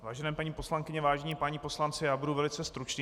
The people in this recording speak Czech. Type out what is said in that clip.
Vážené paní poslankyně, vážení páni poslanci, budu velice stručný.